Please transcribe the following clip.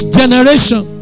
generation